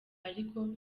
ariko